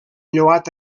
lloat